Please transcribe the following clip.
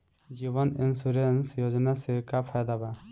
जीवन insurance योजना से का फायदा बा?